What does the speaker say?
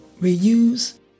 reuse